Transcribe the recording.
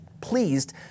pleased